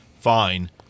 fine